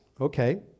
okay